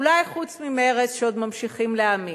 אולי חוץ ממרצ שעוד ממשיכים להאמין.